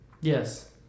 Yes